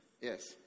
Yes